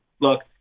look